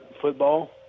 football